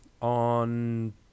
on